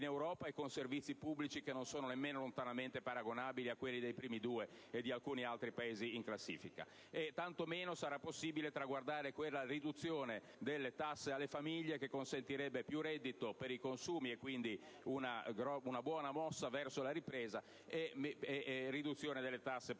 di servizi pubblici che non sono neanche lontanamente paragonabili a quelli dei primi due, e di alcuni altri Paesi in classifica. Tanto meno sarà possibile traguardare una riduzione delle tasse per le famiglie, che consentirebbe più reddito per i consumi e quindi rappresenterebbe una buona mossa verso la ripresa, e delle tasse per le